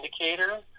indicator